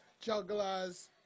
jugglers